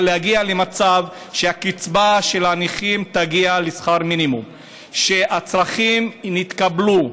אבל להגיע למצב שהקצבה של הנכים תגיע לשכר מינימום והצרכים נתקבלו.